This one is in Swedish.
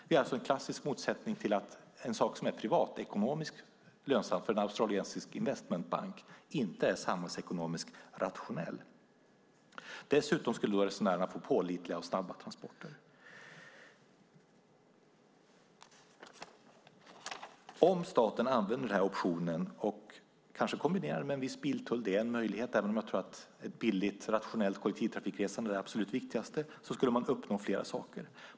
Det är alltså en klassisk motsättning till att en sak som är privatekonomiskt lönsam för en australiensisk investmentbank inte är samhällsekonomiskt rationell. Dessutom skulle resenärerna få pålitliga och snabba transporter. Om staten använde optionen och kanske kombinerade den med en viss biltull - det är en möjlighet, även om jag tror att ett billigt, rationellt kollektivtrafikresande är det absolut viktigaste - skulle man uppnå flera saker.